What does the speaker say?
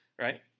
right